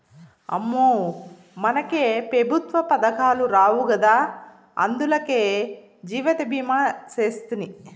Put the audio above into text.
అమ్మో, మనకే పెఋత్వ పదకాలు రావు గదా, అందులకే జీవితభీమా సేస్తిని